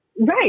Right